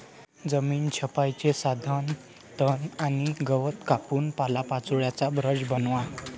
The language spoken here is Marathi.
जमीन छपाईचे साधन तण आणि गवत कापून पालापाचोळ्याचा ब्रश बनवा